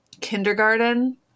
kindergarten